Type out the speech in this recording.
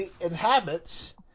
inhabits